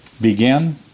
begin